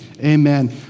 Amen